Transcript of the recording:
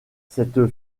cette